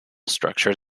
structure